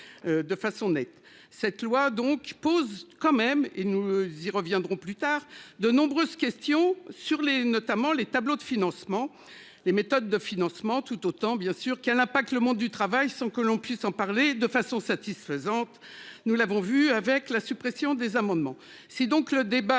De façon nette cette loi donc pose quand même et nous y reviendrons plus tard. De nombreuses questions sur les notamment les tableaux de financement, les méthodes de financement tout autant. Bien sûr qu'elle n'a pas que le monde du travail sans que l'on puisse en parler de façon satisfaisante, nous l'avons vu avec la suppression des amendements, c'est donc le débat